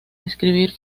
escribir